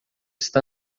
está